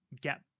get